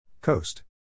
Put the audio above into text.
Coast